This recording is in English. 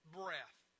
breath